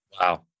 Wow